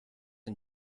and